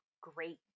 great